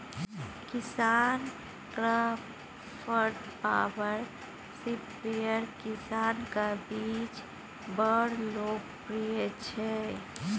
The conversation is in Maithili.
किसानक्राफ्ट पाबर स्पेयर किसानक बीच बड़ लोकप्रिय छै